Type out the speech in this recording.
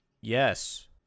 yes